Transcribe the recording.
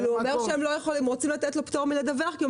אבל הם רוצים לתת לו פטור מלדווח כי הוא